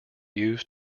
used